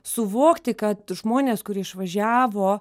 suvokti kad žmonės kurie išvažiavo